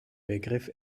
begriff